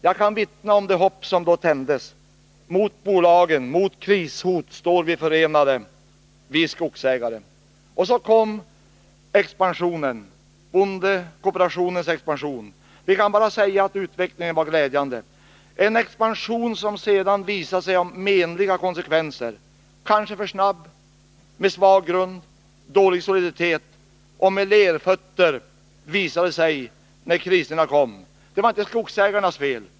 Jag kan vittna om det hopp som då tändes — mot bolagen, mot krishot står vi förenade, vi skogsägare. Och så kom bondekooperationens expansion. Vi kan bara säga att utvecklingen var glädjande. Det var en expansion som sedan visade sig ha menliga konsekvenser — den kanske var för snabb, med svag grund, dålig soliditet och med lerfötter när kriserna kom. Det var inte skogsägarnas fel.